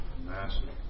massive